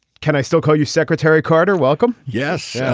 can i still call you secretary carter welcome. yes.